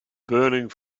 burning